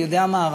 אני יודע מה,